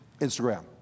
Instagram